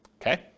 Okay